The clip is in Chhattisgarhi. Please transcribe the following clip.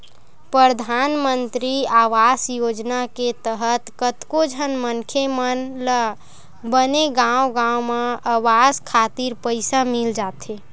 परधानमंतरी आवास योजना के तहत कतको झन मनखे मन ल बने गांव गांव म अवास खातिर पइसा मिल जाथे